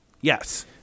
Yes